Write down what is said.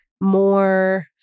more